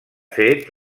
fet